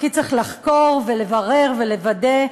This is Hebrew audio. כי צריך לחקור ולברר ולוודא,